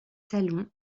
salons